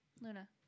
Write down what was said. Luna